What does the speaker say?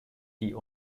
die